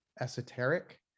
esoteric